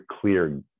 clear